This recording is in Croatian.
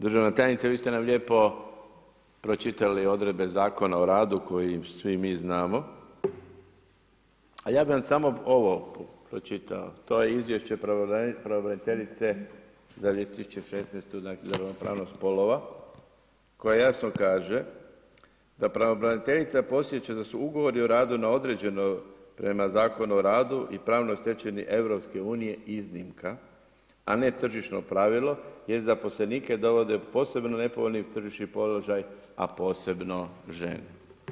Državna tajnice, vi ste nam lijepo pročitali odredbe Zakona o radu koje svi mi znamo, a ja bih vam samo ovo pročitao, to je izvješće pravobraniteljice za 2016. za ravnopravnost spolova koje jasno kaže da pravobraniteljica podsjeća da su ugovori o radu na određeno, prema Zakonu o radu i pravnoj stečevini EU iznimka, a ne tržišno pravilo jer da zaposlenike dovode u posebno nepovoljni tržišni položaj, a posebno žene.